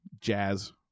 jazz